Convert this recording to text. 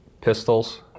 pistols